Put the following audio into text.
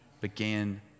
began